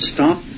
Stop